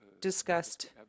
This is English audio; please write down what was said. discussed